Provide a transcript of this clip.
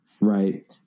right